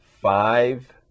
five